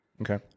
Okay